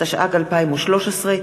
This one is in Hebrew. התשע"ג 2013,